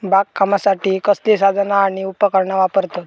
बागकामासाठी कसली साधना आणि उपकरणा वापरतत?